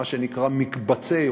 מה שנקרא מקבצים,